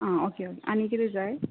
आ okay okay आनी कितें जाय